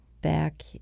back